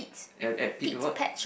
at at Pete work